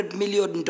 million